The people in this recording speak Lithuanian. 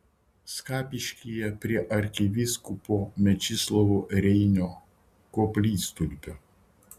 skapiškyje prie arkivyskupo mečislovo reinio koplytstulpio